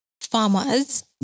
farmers